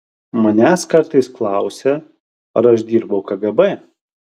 manęs kartais klausia ar aš dirbau kgb